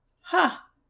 Ha